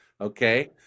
Okay